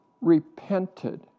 repented